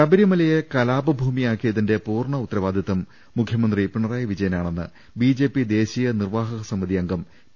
ശബരിമലയെ കലാപഭൂമിയാക്കിയതിന്റെ പൂർണ്ണ ഉത്തരവാദിത്വം മുഖ്യമന്ത്രി പിണറായി വിജയനാണെന്ന് ബിജെപ്പി ദേശീയ നിർവാ ഹക സമിതി അംഗം പി